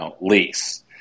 lease